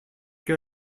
que